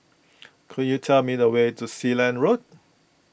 could you tell me the way to Sealand Road